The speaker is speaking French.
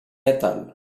metal